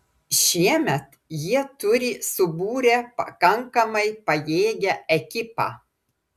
šiemet jie turi subūrę pakankamai pajėgią ekipą